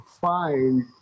find